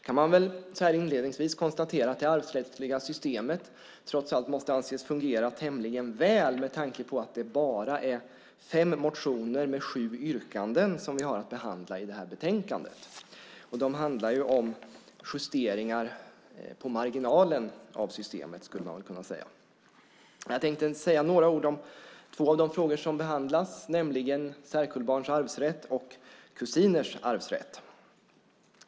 Inledningsvis kan man konstatera att det arvsrättsliga systemet trots allt måste anses fungera tämligen väl med tanke på att det bara är fem motioner med sju yrkanden som vi har att behandla i betänkandet. Och de handlar om justeringar på marginalen av systemet, skulle man kunna säga. Jag tänkte ändå säga några ord om två av de frågor som behandlas, nämligen särkullbarns arvsrätt och kusiners arvsrätt.